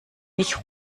ich